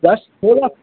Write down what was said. बस थोड़ा